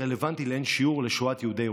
והוא רלוונטי לאין שיעור לשואת יהודי אירופה.